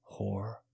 whore